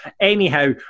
Anyhow